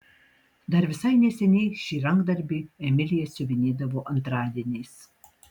dar visai neseniai šį rankdarbį emilija siuvinėdavo antradieniais